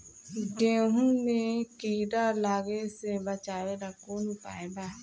गेहूँ मे कीड़ा लागे से बचावेला कौन उपाय बा?